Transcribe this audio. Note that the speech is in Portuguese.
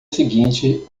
seguinte